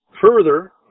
Further